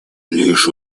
лишь